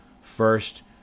first